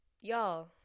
Y'all